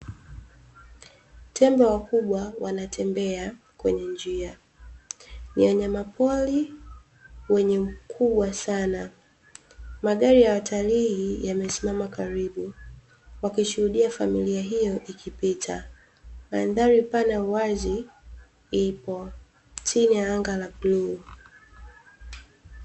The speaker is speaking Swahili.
Tembo wakubwa wanatembea kwenye njia, ni wanyama pori wenye ukubwa sana, magari ya watalii yamesimama karibu wakishuhudia familia hiyo ikipita, mandhari pana ya uwazi ipo chini ya anga la bluu.